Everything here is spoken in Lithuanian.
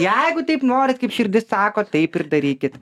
jeigu taip norit kaip širdis sako taip ir darykit